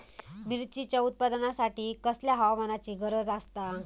मिरचीच्या उत्पादनासाठी कसल्या हवामानाची गरज आसता?